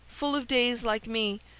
full of days like me,